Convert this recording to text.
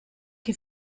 che